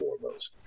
foremost